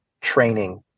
training